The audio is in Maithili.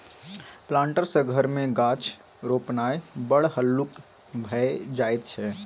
प्लांटर सँ घर मे गाछ रोपणाय बड़ हल्लुक भए जाइत छै